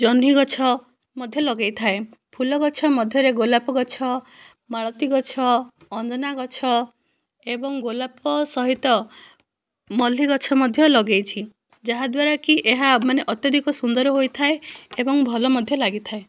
ଜହ୍ନି ଗଛ ମଧ୍ୟ ଲଗାଇ ଥାଏ ଫୁଲ ଗଛ ମଧ୍ୟରେ ଗୋଲାପ ଗଛ ମାଳତି ଗଛ ଅଞ୍ଜନା ଗଛ ଏବଂ ଗୋଲାପ ସହିତ ମଲ୍ଲି ଗଛ ମଧ୍ୟ ଲଗାଇଛି ଯାହା ଦ୍ଵାରାକି ଏହା ମାନେ ଅତ୍ୟଧିକ ସୁନ୍ଦର ହୋଇଥାଏ ଏବଂ ଭଲ ମଧ୍ୟ ଲାଗିଥାଏ